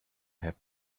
have